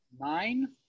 Nine